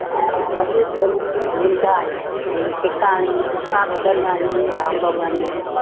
आहियूं कथा ॿुधंदा आहियूं राम भॻिवान जी